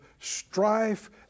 strife